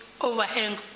overhang